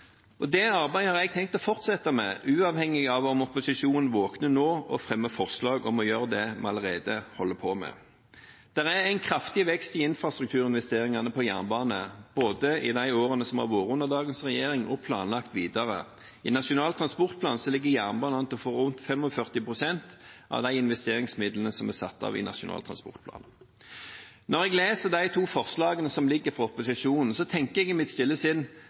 år. Det arbeidet har jeg tenkt å fortsette med, uavhengig av om opposisjonen nå våkner og fremmer forslag om å gjøre det vi allerede holder på med. Det har vært en kraftig vekst i infrastrukturinvesteringene i jernbane, både i de årene som vi har hatt dagens regjering, og planlagt videre. I Nasjonal transportplan ligger jernbanen an til å få rundt 45 pst. av de investeringsmidlene som er satt av. Når jeg leser de to forslagene som foreligger fra opposisjonen, tenker jeg i mitt stille sinn: